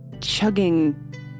chugging